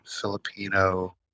Filipino